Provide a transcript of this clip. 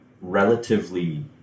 relatively